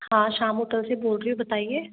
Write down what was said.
हाँ श्याम होटल से बोल रही हूँ बताइए